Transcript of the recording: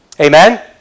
Amen